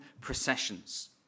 processions